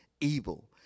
evil